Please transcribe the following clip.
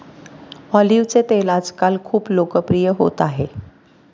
ऑलिव्हचे तेल आजकाल खूप लोकप्रिय होत आहे